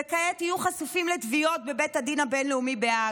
כעת יהיו חשופים לתביעות בבית הדין הבין-לאומי בהאג.